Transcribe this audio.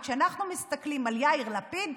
כשאנחנו מסתכלים על יאיר לפיד,